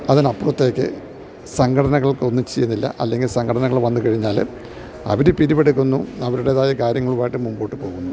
അതിനപ്പുറത്തേക്ക് സംഘടനകളൊന്നും ചെയ്യുന്നില്ല അല്ലെങ്കിൽ സംഘടനകൾ വന്നുകഴിഞ്ഞാല് അവര് പിരിവെടുക്കുന്നു അവരുടേതായ കാര്യങ്ങളുമായിട്ടു മുന്പോട്ടുപോകുന്നു